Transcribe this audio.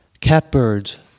Catbirds